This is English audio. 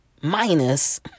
minus